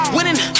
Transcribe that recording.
Winning